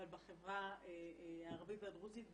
אבל בחברה הערבית והדרוזית במיוחד,